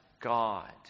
God